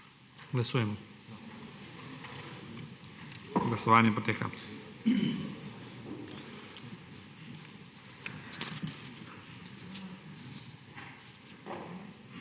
Glasujemo. Glasovanje poteka.